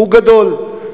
הוא גדול,